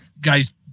guys